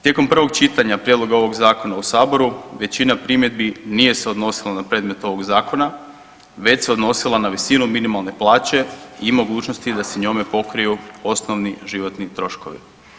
Tijekom prvog čitanja prijedloga ovog zakona u saboru većina primjedbi nije se odnosila na predmet ovog zakona već se odnosila na visinu minimalne plaće i mogućnosti da se njome pokriju osnovni životni troškovi.